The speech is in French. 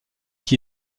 qui